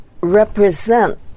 represent